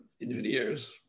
engineers